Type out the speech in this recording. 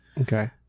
Okay